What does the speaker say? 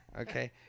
okay